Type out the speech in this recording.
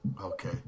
Okay